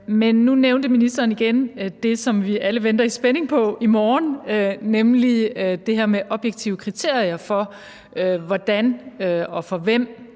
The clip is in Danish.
Men nu nævnte ministeren igen det, som vi alle venter i spænding på i morgen, nemlig det her med objektive kriterier for, hvordan og for hvem